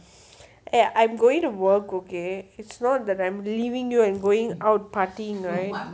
eh I'm going to work okay it's not that I'm leaving you and going out partying right